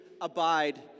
abide